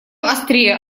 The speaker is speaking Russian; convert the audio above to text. острее